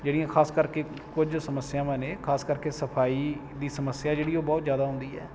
ਜਿਹੜੀਆਂ ਖ਼ਾਸ ਕਰਕੇ ਕੁਝ ਸਮੱਸਿਆਵਾਂ ਨੇ ਖ਼ਾਸ ਕਰਕੇ ਸਫ਼ਾਈ ਦੀ ਸਮੱਸਿਆ ਜਿਹੜੀ ਹੈ ਉਹ ਬਹੁਤ ਜ਼ਿਆਦਾ ਆਉਂਦੀ ਹੈ